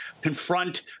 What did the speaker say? confront